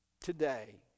today